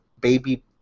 baby